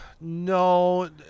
No